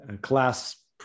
class